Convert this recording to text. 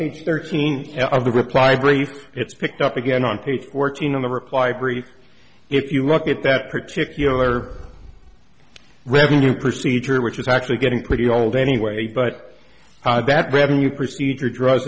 the thirteen of the reply brief it's picked up again on page fourteen in the reply brief if you look at that particular revenue procedure which is actually getting pretty old anyway but i bet revenue procedure dr